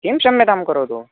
किं क्षम्यतां करोतु